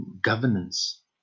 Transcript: governance